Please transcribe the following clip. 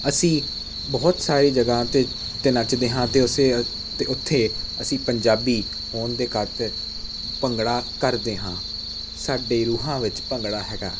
ਅਸੀਂ ਬਹੁਤ ਸਾਰੀ ਜਗ੍ਹਾ 'ਤੇ 'ਤੇ ਨੱਚਦੇ ਹਾਂ ਅਤੇ ਉਸ ਅਤੇ ਉੱਥੇ ਅਸੀਂ ਪੰਜਾਬੀ ਹੋਣ ਦੇ ਖਾਤਰ ਭੰਗੜਾ ਕਰਦੇ ਹਾਂ ਸਾਡੇ ਰੂਹਾਂ ਵਿੱਚ ਭੰਗੜਾ ਹੈਗਾ